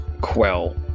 quell